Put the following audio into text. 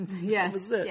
Yes